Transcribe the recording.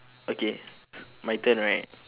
okay my turn right